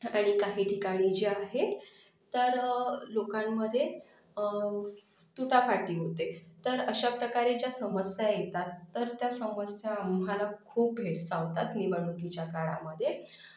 ठराविक काही ठिकाणी जे आहे तरं लोकांमध्ये तुटाफाटी होते तर अशाप्रकारे ज्या समस्या येतात तर त्या समस्या आम्हाला खूप भेडसावतात निवडणुकीच्या काळामध्ये